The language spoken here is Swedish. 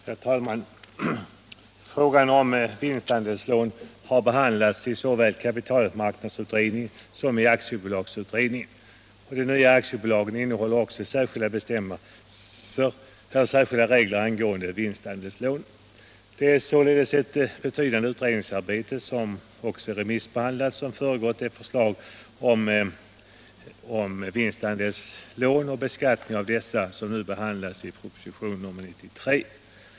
Herr talman! Frågan om vinstandelslån har behandlats av såväl kapitalmarknadsutredningen som aktiebolagsutredningen. Den nya aktiebolagslagen innehåller också särskilda regler angående vinstandelslån. Det är således ett betydande utredningsarbete, som också har remissbehandlats, som har föregått det förslag om beskattning av ränta på vinstandelslån som nu behandlas i propositionen 1976/77:93.